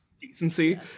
decency